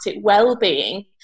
well-being